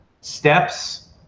steps